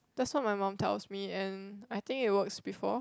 that's what my mum tells me and I think it works before